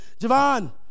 Javon